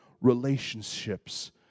relationships